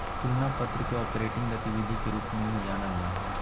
तुलना पत्र के ऑपरेटिंग गतिविधि के रूप में भी जानल जा हइ